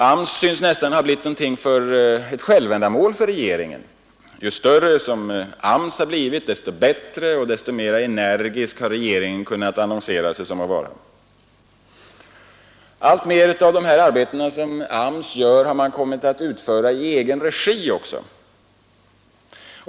AMS synes för regeringen ha blivit någonting av ett självändamål; ju större AMS har blivit, desto bättre och desto mera energisk har regeringen kunnat annonsera sig vara Allt fler av AMS-arbetena har AMS också kommit att bedriva i egen regi.